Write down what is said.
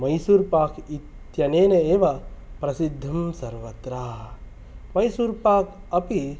मैसूर् पाक् इत्यनेन एव प्रसिद्धं सर्वत्र मैसूर् पाक् अपि